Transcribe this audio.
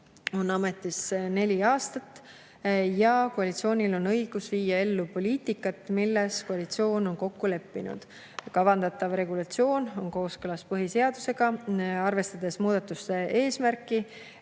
on ametis neli aastat ja koalitsioonil on õigus viia ellu poliitikat, milles koalitsioon on kokku leppinud. Kavandatav regulatsioon on kooskõlas põhiseadusega, arvestades muudatuste eesmärki,